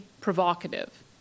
provocative